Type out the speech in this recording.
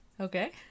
okay